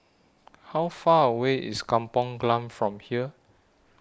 How Far away IS Kampong Glam from here